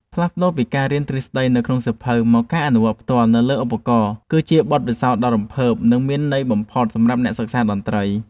ផ្លាស់ប្តូរពីការរៀនទ្រឹស្តីនៅក្នុងសៀវភៅមកការអនុវត្តផ្ទាល់នៅលើឧបករណ៍គឺជាបទពិសោធន៍ដ៏រំភើប និងមានន័យបំផុតសម្រាប់អ្នកសិក្សាតន្ត្រី។